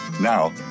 now